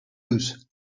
lose